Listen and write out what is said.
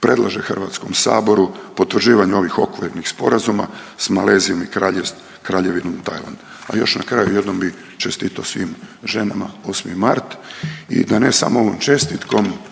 predlaže HS-u potvrđivanje ovih okvirnih sporazuma s Malezijom i Kraljevinom Tajlandom. A još na kraju jednom bi čestito svim ženama 8. mart i da ne samo ovom čestitkom